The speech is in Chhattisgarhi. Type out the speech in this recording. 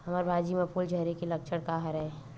हमर भाजी म फूल झारे के लक्षण का हरय?